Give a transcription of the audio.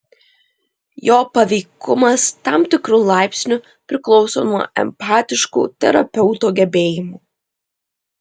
jo paveikumas tam tikru laipsniu priklauso nuo empatiškų terapeuto gebėjimų